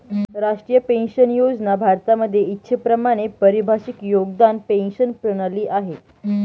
राष्ट्रीय पेन्शन योजना भारतामध्ये इच्छेप्रमाणे परिभाषित योगदान पेंशन प्रणाली आहे